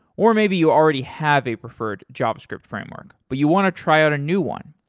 or maybe you already have a preferred javascript framework, but you want to try out a new one.